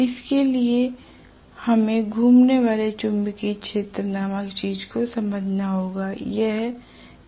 इसके लिए हमें घूमने वाले चुंबकीय क्षेत्र नामक चीज़ को समझना होगा